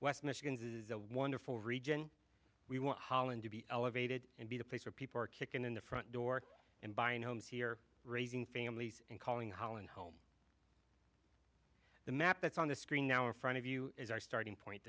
west michigan's is a wonderful region we want holland to be elevated and be the place where people are kicking in the front door and buying homes here raising families and calling holland home the map that's on the screen now in front of you as our starting point